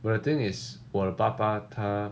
but the thing is 我的爸爸他